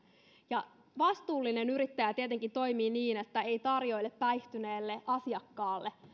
ja vastuullinen yrittäjä tietenkin toimii niin että ei tarjoile päihtyneelle asiakkaalle